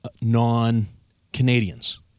non-Canadians